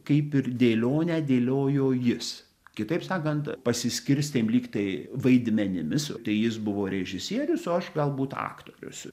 kaip ir dėlionę dėliojo jis kitaip sakant pasiskirstėm lygtai vaidmenimis tai jis buvo režisierius o aš galbūt aktorius